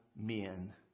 Men